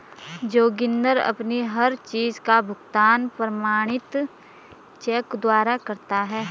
जोगिंदर अपनी हर चीज का भुगतान प्रमाणित चेक द्वारा करता है